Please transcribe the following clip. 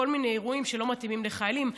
כל מיני אירועים שלא מתאימים לחיילים,